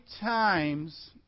times